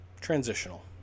Transitional